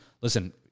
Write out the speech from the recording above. listen